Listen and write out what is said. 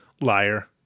Liar